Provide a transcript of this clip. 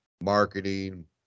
marketing